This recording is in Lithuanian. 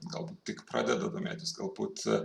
gal tik pradeda domėtis galbūt